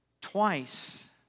Twice